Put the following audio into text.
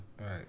right